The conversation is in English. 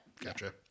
gotcha